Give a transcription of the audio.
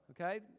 okay